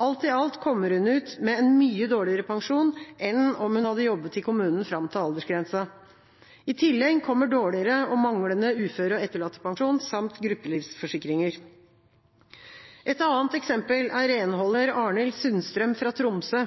Alt i alt kommer hun ut med en mye dårligere pensjon enn om hun hadde jobbet i kommunen fram til aldersgrensa. I tillegg kommer dårligere og manglende uføre- og etterlattepensjon, samt gruppelivsforsikringer. Et annet eksempel er renholder Arnhild Sundstrøm fra Tromsø.